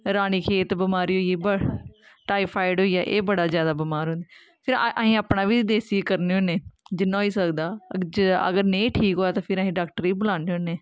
रानी खेत बमारी होई गेई टाईफाइड होई गेआ एह् बड़े जादा बमार होंदे फिर असें अपना बी देसी करने होन्ने जिन्ना होई सकदा अगर नेईं ठीक होऐ ते फिर असें डाक्टर गी बुलाने होन्ने